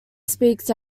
speaks